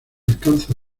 alcanza